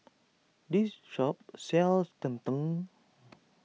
this shop sells Tng Tng